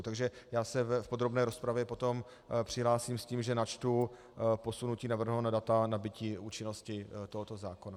Takže já se v podrobné rozpravě potom přihlásím s tím, že načtu posunutí navrhovaného data nabytí účinnosti tohoto zákona.